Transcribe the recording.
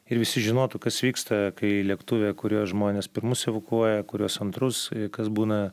ir visi žinotų kas vyksta kai lėktuve kuriuo žmonės pirmus evakuoja kuriuos antrus kas būna